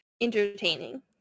entertaining